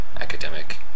academic